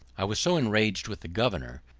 i was so enraged with the governor,